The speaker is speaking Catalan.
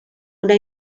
una